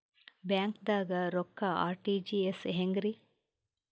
ಬ್ಯಾಂಕ್ದಾಗ ರೊಕ್ಕ ಆರ್.ಟಿ.ಜಿ.ಎಸ್ ಹೆಂಗ್ರಿ?